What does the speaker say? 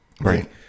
right